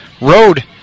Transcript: road